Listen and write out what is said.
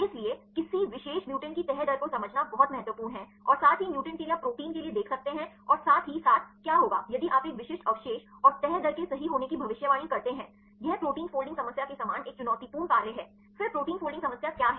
इसलिए किसी विशेष म्यूटेंट की तह दर को समझना बहुत महत्वपूर्ण है और साथ ही म्यूटेंट के लिए आप प्रोटीन के लिए देख सकते हैं और साथ ही साथ क्या होगा यदि आप एक विशिष्ट अवशेष और तह दर के सही होने की भविष्यवाणी करते हैं यह प्रोटीन फोल्डिंग समस्या के समान एक चुनौतीपूर्ण कार्य है फिर प्रोटीन फोल्डिंग समस्या क्या है